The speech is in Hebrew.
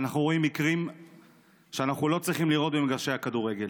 ואנחנו רואים מקרים שאנחנו לא צריכים לראות במגרשי הכדורגל.